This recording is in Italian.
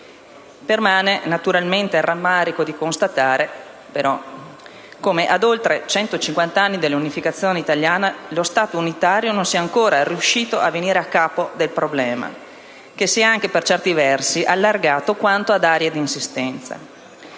permane il rammarico di constatare come, ad oltre 150 anni dall'unificazione italiana, lo Stato unitario non sia ancora riuscito a venire a capo del problema, che per certi versi si è anche allargato quanto ad aree di insistenza.